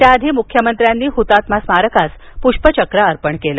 त्याआधी मुख्यमंत्र्यांनी हुतात्मा स्मारकास पुष्पचक्र अर्पण केलं